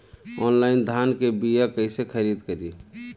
Online धान के बीया कइसे खरीद करी?